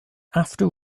after